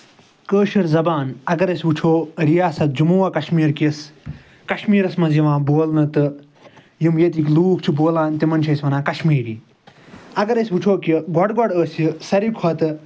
کٲشِر زَبان اَگر أسۍ وٕچھو رِیاست جَموں و کَشمیٖر کِس کَشمیٖرَس منٛز یِوان بولنہٕ تہٕ یِم ییٚتِکۍ لوٗکھ چھِ بولان تِمَن چھِ أسۍ وَنان کَشمیٖری اَگر أسۍ وٕچھو کہِ گۄڈٕ گۄڈٕ ٲسۍ یہِ ساروی کھۄتہٕ